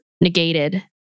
negated